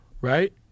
right